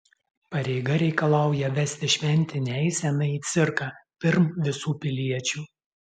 pareiga reikalauja vesti šventinę eiseną į cirką pirm visų piliečių